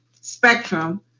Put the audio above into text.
spectrum